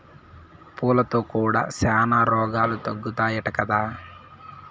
పూలతో కూడా శానా రోగాలు తగ్గుతాయట కదా